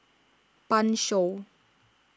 Pan Shou